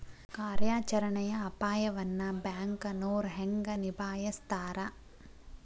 ಕಾರ್ಯಾಚರಣೆಯ ಅಪಾಯವನ್ನ ಬ್ಯಾಂಕನೋರ್ ಹೆಂಗ ನಿಭಾಯಸ್ತಾರ